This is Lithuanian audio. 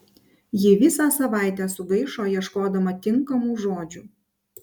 ji visą savaitę sugaišo ieškodama tinkamų žodžių